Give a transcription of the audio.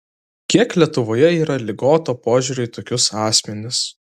kiek lietuvoje yra ligoto požiūrio į tokius asmenis